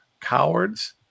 cowards